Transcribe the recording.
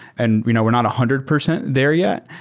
and you know we're not hundred percent there yet,